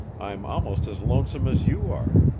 i'm almost as lonesome as you are.